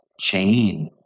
chain